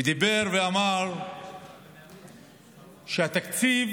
ואמר שהתקציב